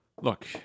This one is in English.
Look